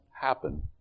happen